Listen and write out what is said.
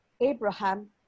Abraham